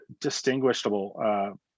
distinguishable